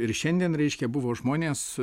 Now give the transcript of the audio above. ir šiandien reiškia buvo žmonės